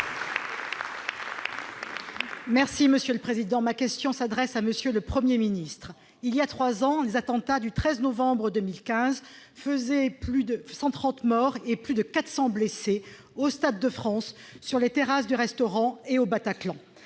Les Républicains. Ma question s'adresse à M. le Premier ministre. Voilà trois ans, les attentats du 13 novembre 2015 faisaient 130 morts et plus de 400 blessés au stade de France, sur les terrasses des restaurants et au Bataclan.